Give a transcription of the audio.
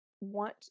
want